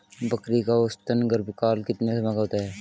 बकरी का औसतन गर्भकाल कितने समय का होता है?